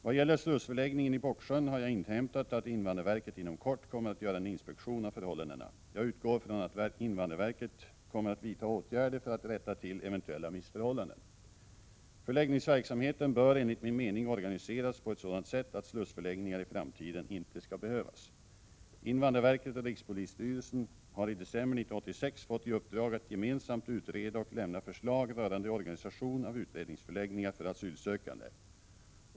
Vad gäller slussförläggningen i Bocksjön har jag inhämtat att invandrarverket inom kort kommer att göra en inspektion av förhållandena. Jag utgår från att invandrarverket kommer att vidta åtgärder för att rätta till eventuella missförhållanden. Förläggningsverksamheten bör enligt min mening organiseras på ett sådant sätt att slussförläggningar i framtiden inte skall behövas. Invandrarverket och rikspolisstyrelsen har i december 1986 fått i uppdrag att gemensamt utreda och lämna förslag rörande organisation av utredningsförläggningar för asylsökande.